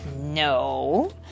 No